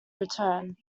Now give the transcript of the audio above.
return